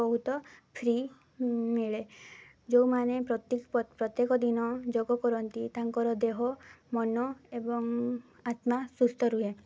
ବହୁତ ଫ୍ରି ମିଳେ ଯେଉଁମାନେ ପ୍ରତ୍ୟେକ ଦିନ ଯୋଗ କରନ୍ତି ତାଙ୍କର ଦେହ ମନ ଏବଂ ଆତ୍ମା ସୁସ୍ଥ ରୁହେ